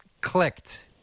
clicked